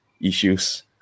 issues